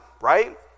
right